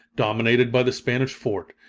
dominated by the spanish fort,